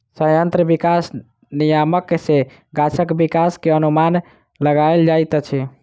संयंत्र विकास नियामक सॅ गाछक विकास के अनुमान लगायल जाइत अछि